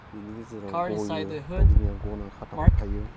बेनि गेजेराव गयो दिउ बिमाया गना खाथायाव थायो